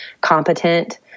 competent